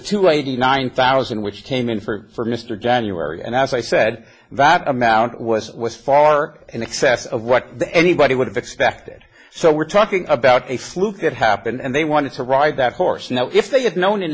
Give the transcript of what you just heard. two eighty nine thousand which came in for mr january and as i said that amount was was far in excess of what anybody would have expected so we're talking about a fluke that happened and they wanted to ride that horse now if they had known in